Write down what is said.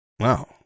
Wow